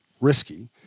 risky